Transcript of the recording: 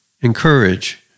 encourage